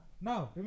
Now